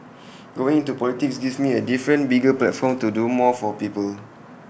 going into politics gives me A different bigger platform to do more for people